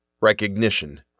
RECOGNITION